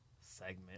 segment